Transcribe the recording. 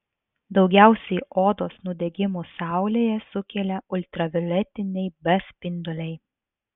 daugiausiai odos nudegimų saulėje sukelia ultravioletiniai b spinduliai